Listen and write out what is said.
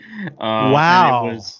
Wow